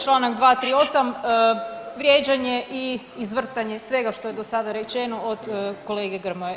Čl. 238, vrijeđanje i izvrtanje svega što je do sada rečeno od kolege Grmoje.